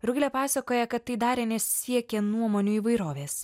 rugilė pasakoja kad tai darė nes siekė nuomonių įvairovės